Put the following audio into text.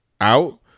out